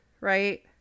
right